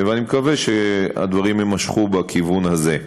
אני מקווה שהדברים יימשכו בכיוון הזה.